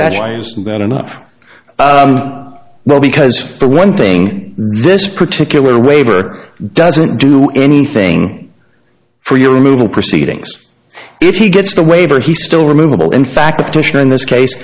satellite is that enough well because for one thing this particular waiver doesn't do anything for your removal proceedings if he gets the waiver he still removable in fact the petitioner in this case